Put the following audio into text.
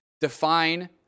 define